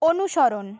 অনুসরণ